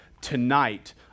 tonight